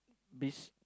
this